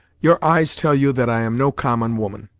your eyes tell you that i am no common woman.